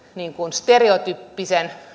stereotyyppisen